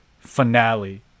finale